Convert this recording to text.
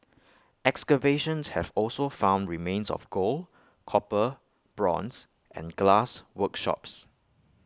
excavations have also found remains of gold copper bronze and glass workshops